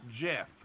Jeff